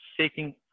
seeking